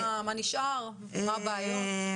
כל מי ששמענו פה לפני כן,